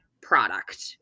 product